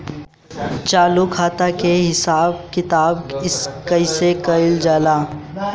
चालू खाता के हिसाब किताब कइसे कइल जाला?